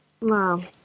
Wow